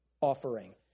offering